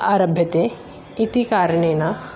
आरभ्यते इति कारणेन